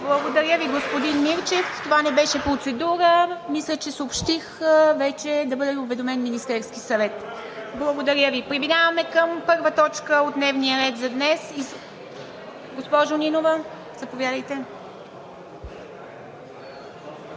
Благодаря Ви, господин Мирчев. Това не беше процедура. Мисля, че съобщих вече да бъде уведомен Министерският съвет. Благодаря Ви. Преминаваме към първа точка от дневния ред за днес… Госпожо Нинова, заповядайте.